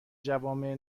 جوامع